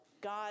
God